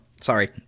Sorry